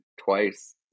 twice